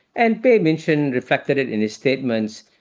and pei mentioned reflected it in his statements.